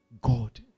God